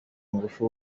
ngufu